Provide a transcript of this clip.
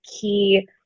key